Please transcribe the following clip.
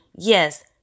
Yes